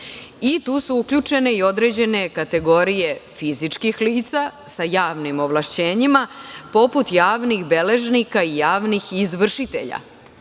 i tu su uključene i određene kategorije fizičkih lica sa javnim ovlašćenjima poput javnih beležnika i javnih izvršitelja,